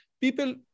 people